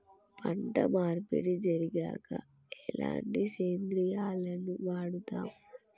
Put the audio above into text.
పంట మార్పిడి జరిగాక ఎలాంటి సేంద్రియాలను వాడుతం?